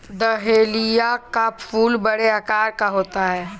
dahlia का फूल बड़े आकार का होता है